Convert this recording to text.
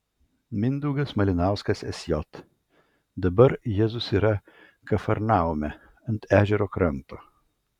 mindaugas malinauskas sj dabar jėzus yra kafarnaume ant ežero kranto